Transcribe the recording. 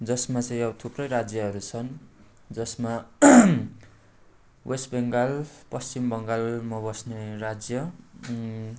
जसमा चाहिँ अब थुप्रै राज्यहरू छन् जसमा वेस्ट बङ्गाल पश्चिम बङ्गाल म बस्ने राज्य